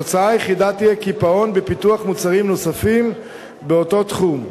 התוצאה היחידה תהיה קיפאון בפיתוח מוצרים נוספים באותו תחום.